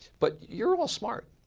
but you're all smart.